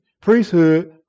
priesthood